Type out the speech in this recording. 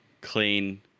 Clean